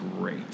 great